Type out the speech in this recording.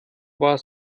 war